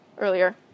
earlier